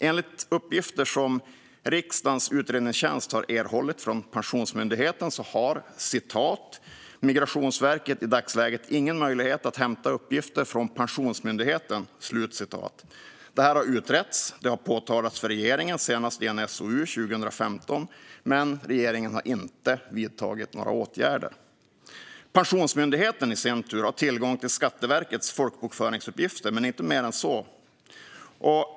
Enligt uppgifter som riksdagens utredningstjänst har erhållit från Pensionsmyndigheten har Migrationsverket i dagsläget ingen möjlighet att hämta uppgifter från Pensionsmyndigheten. Detta har utretts och påtalats för regeringen, senast i en SOU 2015, men regeringen har inte vidtagit några åtgärder. Pensionsmyndigheten har i sin tur tillgång till Skatteverkets folkbokföringsuppgifter, men inte mer än så.